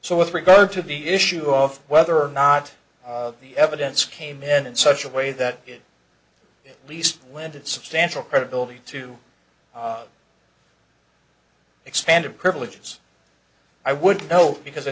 so with regard to the issue of whether or not the evidence came in in such a way that it least landed substantial credibility to expanded privileges i would know because i